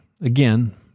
again